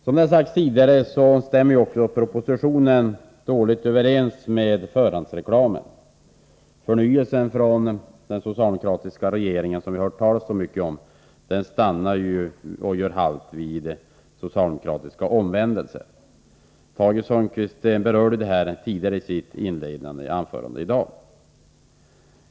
Som det har sagts tidigare, stämmer propositionen mycket dåligt överens med förhandsreklamen. Förnyelsen — som det från socialdemokratiskt håll talats så mycket om — gör halt vid socialdemokratiska omvändelser. Tage Sundkvist berörde också detta i sitt inledande anförande i dag.